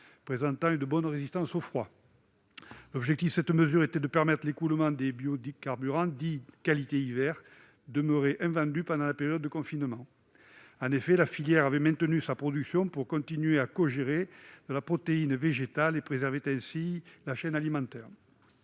présentant une bonne résistance au froid. L'objectif était de permettre l'écoulement de biocarburants dits « de qualité hiver » demeurés invendus pendant la période de confinement. En effet, la filière avait maintenu sa production pour continuer à cogénérer de la protéine végétale et préserver ainsi la chaîne alimentaire.